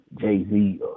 Jay-Z